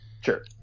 sure